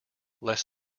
less